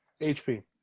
HP